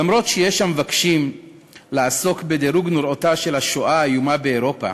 למרות שיש המבקשים לעסוק בדירוג נוראותה של השואה האיומה באירופה